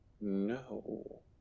No